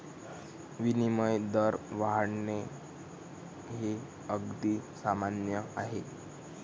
विनिमय दर वाढणे हे अगदी सामान्य आहे